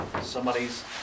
somebody's